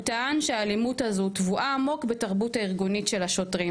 הוא טען שהאלימות הזאת טבועה עמוק בתרבות הארגונית של השוטרים.